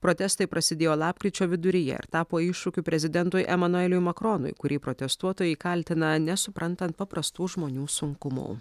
protestai prasidėjo lapkričio viduryje ir tapo iššūkiu prezidentui emanueliui makronui kurį protestuotojai kaltina nesuprantant paprastų žmonių sunkumų